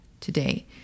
today